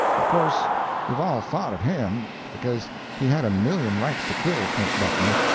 of course we've all thought of him, because he had a million rights to kill flint buckner,